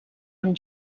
amb